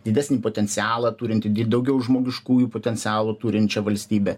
didesnį potencialą turintį daugiau žmogiškųjų potencialų turinčią valstybę